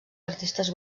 artistes